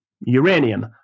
uranium